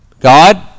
God